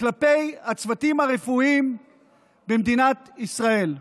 כלפי הצוותים הרפואיים במדינת ישראל.